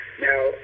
Now